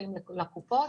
ששייכים לקופות.